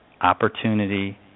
Opportunity